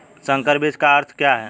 संकर बीज का अर्थ क्या है?